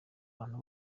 abantu